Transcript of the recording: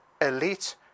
Elite